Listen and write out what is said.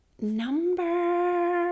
number